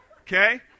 okay